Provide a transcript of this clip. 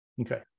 Okay